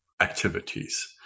activities